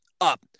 up